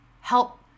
Help